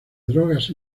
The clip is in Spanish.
drogas